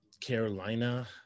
Carolina